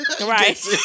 Right